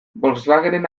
volkswagenen